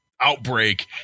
outbreak